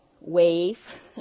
wave